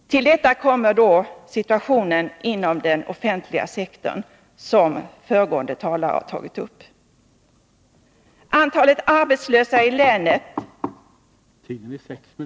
Till detta kommer också situationen inom den offentliga sektorn, men det området ämnar jag inte beröra eftersom tidigare talare har tagit upp det.